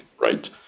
right